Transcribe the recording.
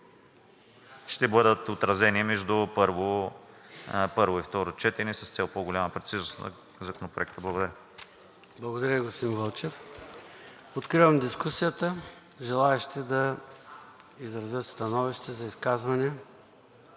ще бъдат отразени между първо и второ четене с цел по-голяма прецизност на Законопроекта. Благодаря. ПРЕДСЕДАТЕЛ ЙОРДАН ЦОНЕВ: Благодаря Ви, господин Вълчев. Откривам дискусията. Желаещи да изразят становище? За изказване